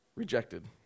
rejected